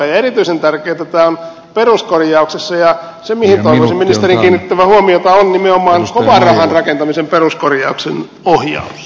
erityisen tärkeätä tämä on peruskorjauksessa ja se mihin toivoisin ministerin kiinnittävän huomiota on nimenomaan kovan rahan rakentamisen peruskorjauksen ohjaus